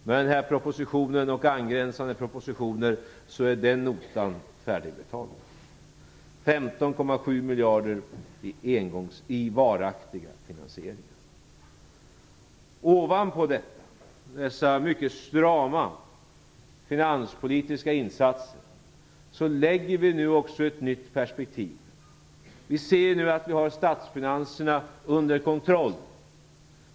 Med denna proposition och angränsande propositioner är den notan färdigbetald - 15,7 miljarder i varaktiga finansieringar. Ovanpå dessa mycket strama finanspolitiska insatser lägger vi nu också ett nytt perspektiv. Vi ser nu att vi har statsfinanserna under kontroll.